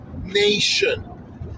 nation